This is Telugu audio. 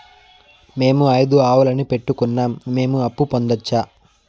మేము ఐదు ఆవులని పెట్టుకున్నాం, మేము అప్పు పొందొచ్చా